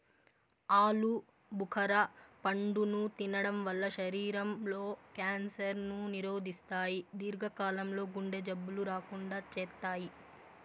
ఆలు భుఖర పండును తినడం వల్ల శరీరం లో క్యాన్సర్ ను నిరోధిస్తాయి, దీర్ఘ కాలం లో గుండె జబ్బులు రాకుండా చేత్తాయి